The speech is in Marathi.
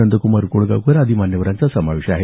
नंद्कुमार उकडगावकर आदी मान्यवरांचा समावेश आहे